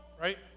Right